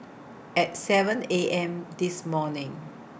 At seven A M This morning